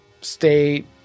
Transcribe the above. state